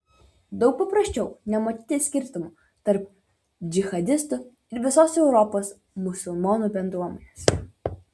daug paprasčiau nematyti skirtumo tarp džihadistų ir visos europos musulmonų bendruomenės